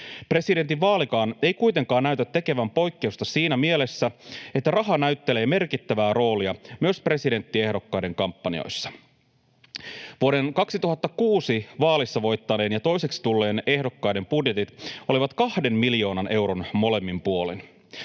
Presidentinvaalitkaan ei kuitenkaan näytä tekevän poikkeusta siinä mielessä, että raha näyttelee merkittävää roolia myös presidenttiehdokkaiden kampanjoissa. Vuoden 2006 vaaleissa voittaneen ja toiseksi tulleen ehdokkaan budjetit olivat kahden miljoonan euron molemmin puolin.